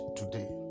today